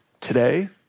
Today